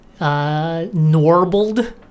Norbled